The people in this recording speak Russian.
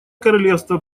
королевство